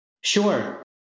Sure